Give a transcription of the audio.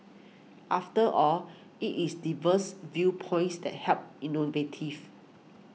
after all it is diverse viewpoints that help innovative